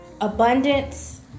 abundance